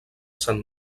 sant